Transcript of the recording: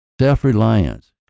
self-reliance